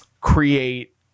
create